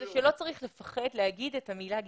זה שלא צריך לפחד להגיד את המילה גזענות.